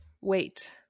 wait